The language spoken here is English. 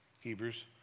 Hebrews